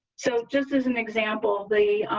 so just as an example, the,